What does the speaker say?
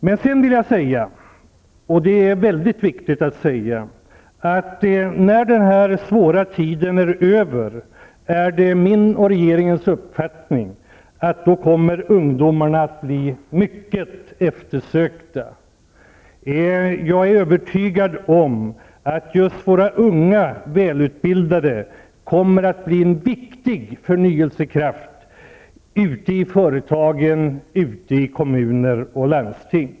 Sedan vill jag säga -- och det är väldigt viktigt -- att det är min och regeringens uppfattning att ungdomarna när denna svåra tid är över kommer att bli mycket eftersökta. Jag är övertygad om att just våra unga välutbildade kommer att bli en viktig förnyelsekraft ute i företagen och i kommuner och landsting.